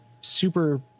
super